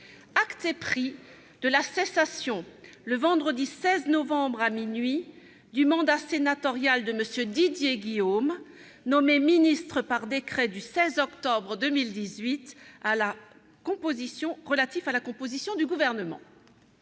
acte est pris de la cessation, le vendredi 16 novembre, à minuit, du mandat sénatorial de M. Didier Guillaume, nommé ministre par décret du 16 octobre 2018 relatif à la composition du Gouvernement.